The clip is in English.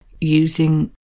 using